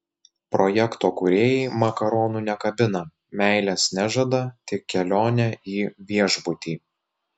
projekto kūrėjai makaronų nekabina meilės nežada tik kelionę į viešbutį